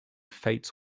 fates